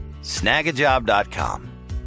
Snagajob.com